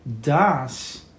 Das